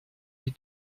die